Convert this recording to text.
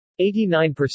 89%